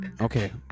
Okay